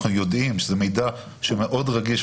אנחנו יודעים שזה מידע מאוד רגיש,